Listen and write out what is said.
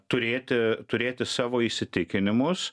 turėti turėti savo įsitikinimus